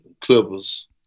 Clippers